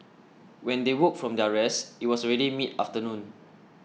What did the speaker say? when they woke from their rest it was already mid afternoon